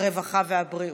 הרווחה והבריאות.